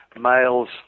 males